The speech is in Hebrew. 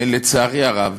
לצערי הרב,